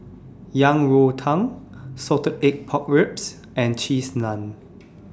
Yang Rou Tang Salted Egg Pork Ribs and Cheese Naan